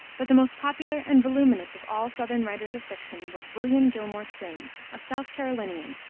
but the most popular and voluminous of all southern writers of fiction was william gilmore simms, a south carolinian,